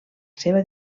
seva